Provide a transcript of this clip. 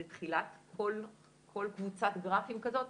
זה תחילת כל קבוצת גרפים כזאת,